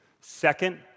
Second